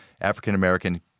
African-American—